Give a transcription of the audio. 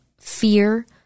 fear